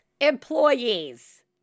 employees